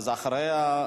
אחריה,